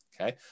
okay